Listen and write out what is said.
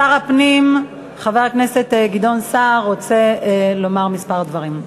שר הפנים חבר הכנסת גדעון סער רוצה לומר כמה דברים.